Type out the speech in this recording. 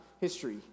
history